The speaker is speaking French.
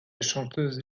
chanteuse